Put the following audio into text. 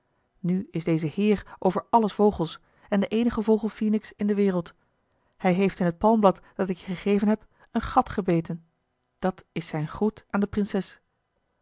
nu is deze heer over alle vogels en de eenige vogel phoenix in de wereld hij heeft in het palmblad dat ik je gegeven heb een gat gebeten dat is zijn groet aan de prinses